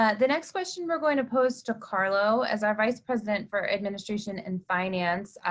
ah the next question we're going to pose to carlo, as our vice president for administration and finance,